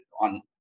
on